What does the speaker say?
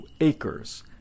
acres